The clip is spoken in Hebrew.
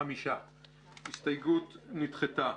ההסתייגות נדחתה.